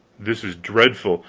this is dreadful.